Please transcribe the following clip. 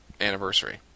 anniversary